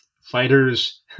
fighters